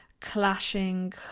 clashing